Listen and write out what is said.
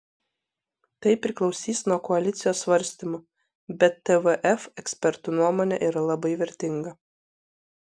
tai priklausys nuo koalicijos svarstymų bet tvf ekspertų nuomonė yra labai vertinga